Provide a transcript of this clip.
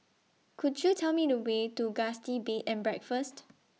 Could YOU Tell Me The Way to Gusti Bed and Breakfast